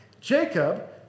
Jacob